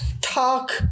talk